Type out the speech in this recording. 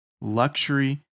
luxury